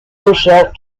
herself